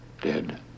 Dead